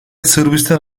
sırbistan